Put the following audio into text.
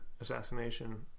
assassination